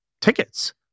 tickets